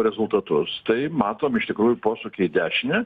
rezultatus tai matom iš tikrųjų posūkį į dešinę